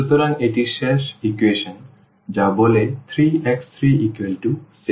সুতরাং এটি শেষ ইকুয়েশন যা বলে 3x3 6